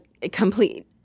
complete